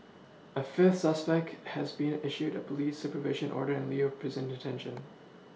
a fifth suspect has been issued a police supervision order in lieu prison detention